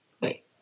Wait